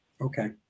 Okay